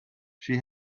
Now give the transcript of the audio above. she